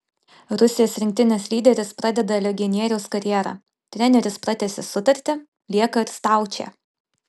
rusijos rinktinės lyderis pradeda legionieriaus karjerą treneris pratęsė sutartį lieka ir staučė